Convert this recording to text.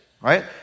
right